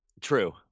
True